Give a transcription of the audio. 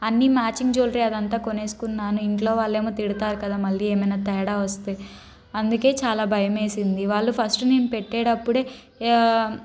అన్ని matching jewellery అంతా కొనుకున్నాను ఇంట్లో వాళ్ళు ఏమో తిడతారు కదా మళ్ళీ ఏమన్నా తేడా వస్తే అందుకే చాలా భయం వేసింది వాళ్ళు ఫస్ట్ నేను పెట్టేటప్పుడు యా